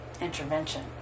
intervention